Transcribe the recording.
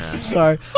Sorry